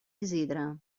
isidre